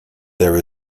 there